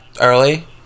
early